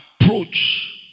approach